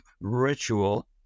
ritual